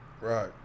right